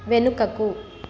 వెనుకకు